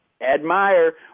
admire